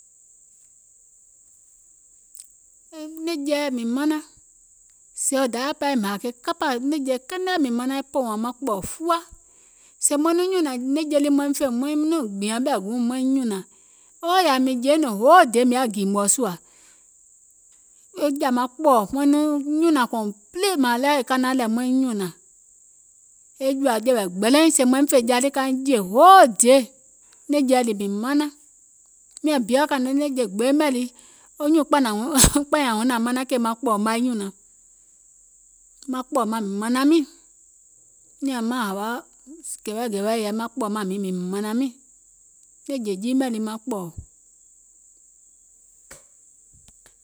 E nɛ̀ŋjeɛ̀ mìŋ manaŋ sèè dayȧ pɛɛ woim hȧȧ kapȧȧ e nɛ̀ŋje kɛnɛɛ̀ mìŋ manaŋ e pɔ̀ɔ̀nwààŋ maŋ kpɔ̀ɔ̀ fua, sèè maŋ nɔŋ nyùnȧŋ nɛ̀ŋje lii maim fè maiŋ nɔŋ gbìȧŋ ɓɛ̀ guùŋ maiŋ nyùnȧŋ, ooo yȧaa mìŋ jèiŋ nɔŋ hoo day mìŋ yaȧ gììgbɔ̀ sùȧ, e jȧ maŋ kpɔ̀ɔ̀ maiŋ nɔŋ nyùnȧŋ complete maȧŋ ɗewɛɛ̀ è kanaŋ lɛ̀ maiŋ nyùnȧŋ e jùȧjɛ̀wɛ̀ gbɛlɛiŋ sèè maim fè ja lii kaiŋ jè, hoo day nɛ̀ŋjeɛ̀ lii mìŋ manaŋ, miȧŋ biɔ̀ kȧnɔ̀ɔŋ nɛ̀ŋje gbee mɛ̀ lii, wo nyùùŋ kpȧnyȧŋ wuŋ nȧŋ manaŋ kèè kpɔ̀ɔ̀ mai nyùnaŋ, maŋ kpɔ̀ɔ̀ maŋ mȧnȧŋ miìŋ nìȧŋ maŋ hȧwa gɛ̀wɛgɛ̀ɛɛ̀ yɛi, maŋ kpɔ̀ɔ̀ maŋ mìŋ mȧnȧŋ miìŋ, nɛ̀ŋjè jii mɛ̀ lii maŋ kpɔ̀ɔ̀.